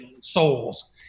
souls